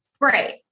Right